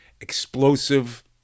explosive